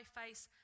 face